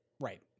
Right